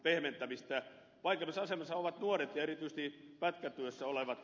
vaikeimmassa asemassa ovat nuoret ja erityisesti pätkätyössä olevat